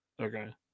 Okay